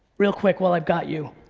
real quick, while i've got you.